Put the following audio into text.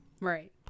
Right